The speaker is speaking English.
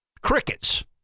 Crickets